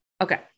Okay